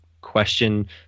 question